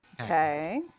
Okay